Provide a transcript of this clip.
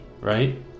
right